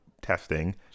testing